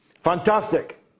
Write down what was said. Fantastic